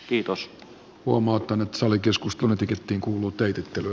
huomautan että salikeskustelun etikettiin kuuluu teitittely